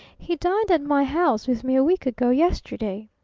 he dined at my house with me a week ago yesterday.